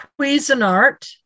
Cuisinart